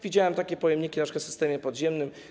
Widziałem takie pojemniki, np. w systemie podziemnym.